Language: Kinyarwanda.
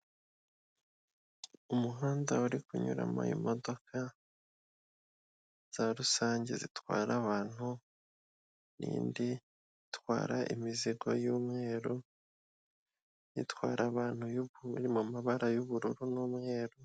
Umuhanda uri kunyuramo imodoka za rusange zitwara abantu n'indi itwara imizigo y'mweru, itwara abantu iri mu mabara y'ubururu n'umweru.